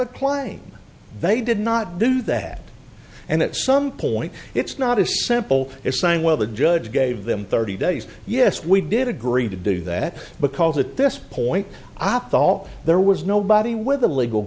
claim they did not do that and at some point it's not as simple as saying well the judge gave them thirty days yes we did agree to do that because at this point i thought there was nobody with the legal